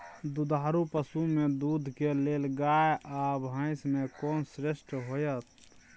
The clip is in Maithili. दुधारू पसु में दूध के लेल गाय आ भैंस में कोन श्रेष्ठ होयत?